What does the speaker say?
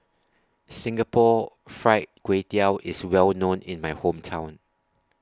Singapore Fried Kway Tiao IS Well known in My Hometown